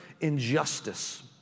injustice